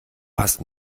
passt